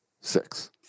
six